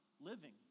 living